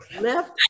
left